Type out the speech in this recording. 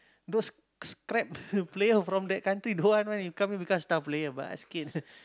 those scrap player from that country don't want one you come here become star player basket